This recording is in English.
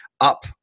up